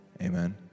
Amen